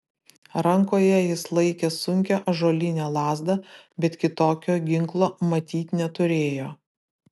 rankoje jis laikė sunkią ąžuolinę lazdą bet kitokio ginklo matyt neturėjo